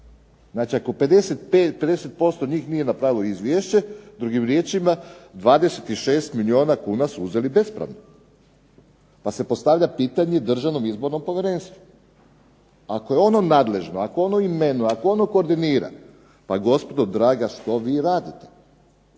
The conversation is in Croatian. Znači, ako 50% njih nije napravilo izvješće, drugim riječima 26 milijuna kuna su uzeli bespravno. Pa se postavlja pitanje Državnom izbornom povjerenstvu, ako je ono nadležno, ako ono imenuje, ako ono koordinira pa gospodo draga što vi radite?